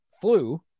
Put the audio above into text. flu